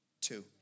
Two